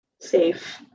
safe